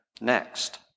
next